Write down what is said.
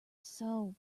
soul